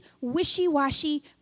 wishy-washy